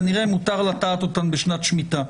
כנראה מותר לטעת אותן בשנת שמיטה.